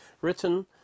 written